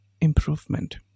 improvement